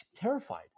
terrified